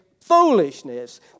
foolishness